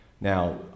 Now